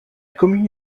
commune